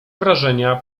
wrażenia